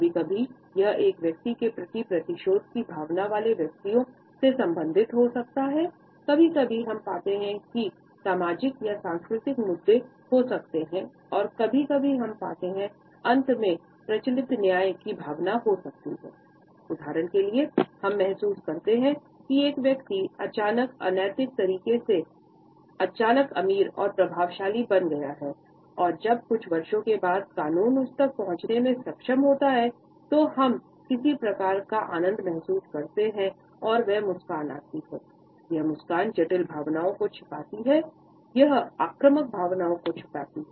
कभी कभी हम पाते हैं कि सामाजिक या सांस्कृतिक मुद्दे हो सकते हैं और कभी कभी हम पाते हैं उदाहरण के लिए हम महसूस करते हैं कि एक व्यक्ति अचानक अनैतिक तरीके से अचानक अमीर और प्रभावशाली बन गया है और जब कुछ वर्षों के बाद कानून उस तक पहुंचने में सक्षम होता है तो हम हम किसी प्रकार का आनंद महसूस करते हैं और यह मुस्कान आती यह मुस्कान जटिल भावनाओं को छिपाती है यह आक्रामक भावनाओं को छुपाती है